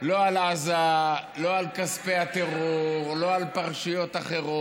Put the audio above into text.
לא על עזה, לא על כספי הטרור, לא על פרשיות אחרות,